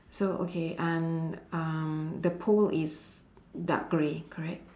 so okay and um the pole is dark grey correct